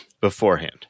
beforehand